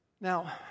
Now